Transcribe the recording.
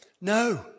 No